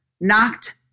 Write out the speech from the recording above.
Knocked